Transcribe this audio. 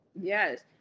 Yes